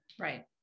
Right